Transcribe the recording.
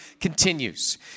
continues